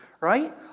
Right